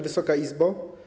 Wysoka Izbo!